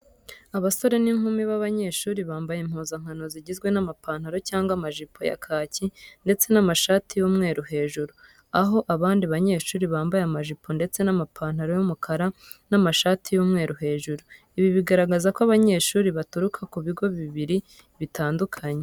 Abasore n'inkumi b'abanyeshuri bambaye impuzankano zigizwe n'amapantaro cyangwa amajipo ya kaki ndetse n'amashati y'umweru hejuru, aho abandi banyeshuri bambaye amajipo ndetse n'amapantaro y'umukara n'amashati y'umweru hejuru. Ibi bigaragaza ko abanyeshuri baturuka ku bigo bibiri bitandukanye.